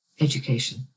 education